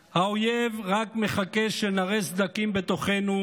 "האויב רק מחכה שנַראה סדקים בתוכנו,